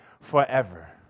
forever